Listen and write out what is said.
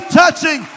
touching